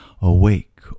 Awake